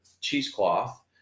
cheesecloth